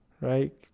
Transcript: right